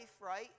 right